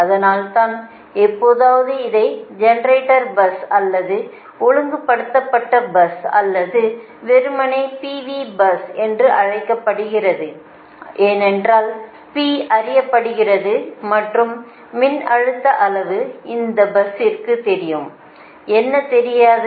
அதனால்தான் எப்போதாவது இதை ஜெனரேட்டர் பஸ் அல்லது ஒழுங்குபடுத்தப்பட்ட பஸ் அல்லது வெறுமனே PV பஸ் என்று அழைக்கப்படுகிறது ஏனென்றால் P அறியப்படுகிறது மற்றும் மின்னழுத்த அளவு இந்த பஸ்ஸிற்க்கு தெரியும் என்ன தெரியாதது